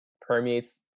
permeates